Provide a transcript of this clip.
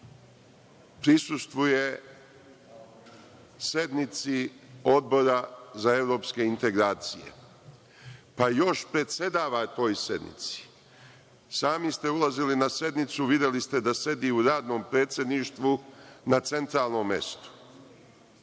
prisustvuje sednici Odbora za Evropske integracije, pa još predsedava toj sednici? Sami ste ulazili na sednicu, videli ste da sedi u radnom predsedništvu na centralnom mestu. Pošto